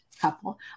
couple